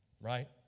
right